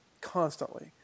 Constantly